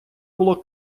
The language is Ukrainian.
було